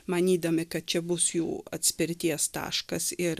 manydami kad čia bus jų atspirties taškas ir